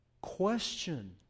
question